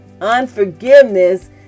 Unforgiveness